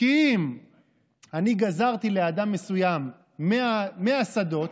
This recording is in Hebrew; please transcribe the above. כי אם אני גזרתי לאדם מסוים מאה שדות